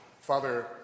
Father